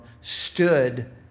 stood